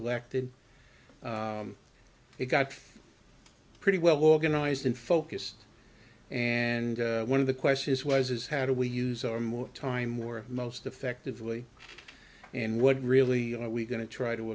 elected it got pretty well organized and focused and one of the questions was is how do we use our more time or most effectively and what really are we going to try to